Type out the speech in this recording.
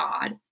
God